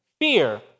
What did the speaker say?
fear